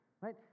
Right